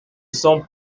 sont